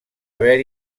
haver